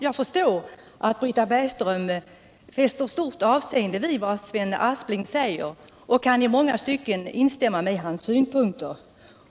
Jag uppfattar det så, att Britta Bergström fäster stort avseende vid vad Sven Aspling säger och i många stycken kan instämma i hans synpunkter.